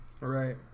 Right